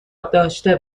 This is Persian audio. داشته